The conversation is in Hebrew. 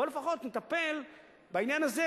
בואו לפחות נטפל בעניין הזה,